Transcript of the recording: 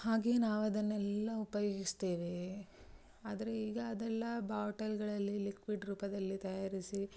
ಹಾಗೆ ನಾವು ಅದನ್ನೆಲ್ಲ ಉಪಯೋಗಿಸ್ತೇವೆ ಆದರೆ ಈಗ ಅದೆಲ್ಲ ಬಾಟಲ್ಗಳಲ್ಲಿ ಲಿಕ್ವಿಡ್ ರೂಪದಲ್ಲಿ ತಯಾರಿಸಿ